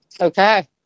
Okay